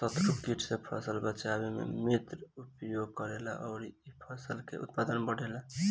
शत्रु कीट से फसल बचावे में मित्र कीट सहयोग करेला अउरी इ फसल के उत्पादन भी बढ़ावेला